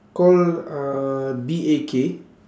call uh B A K